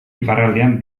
iparraldean